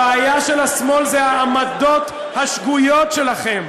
הבעיה של השמאל זה העמדות השגויות שלכם,